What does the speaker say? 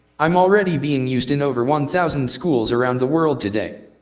i'm already being used in over one thousand schools around the world today.